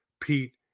Pete